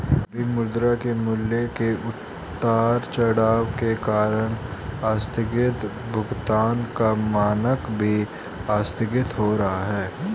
अभी मुद्रा के मूल्य के उतार चढ़ाव के कारण आस्थगित भुगतान का मानक भी आस्थगित हो रहा है